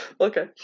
Okay